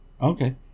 Okay